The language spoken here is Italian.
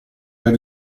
per